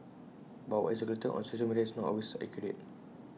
but what is circulated on social media is not always accurate